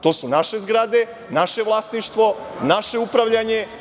To su naše zgrade, naše vlasništvo, naše upravljanje.